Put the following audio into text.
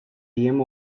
ijiem